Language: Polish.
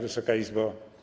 Wysoka Izbo!